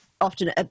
often